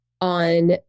on